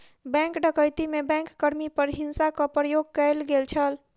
bank डकैती में bank कर्मी पर हिंसाक प्रयोग कयल गेल छल